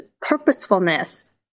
purposefulness